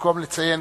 במקום לציין,